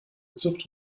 zucht